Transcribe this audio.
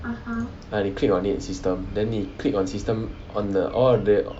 ah 你 click on it system then 你 click on system on the orh the